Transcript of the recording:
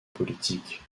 politique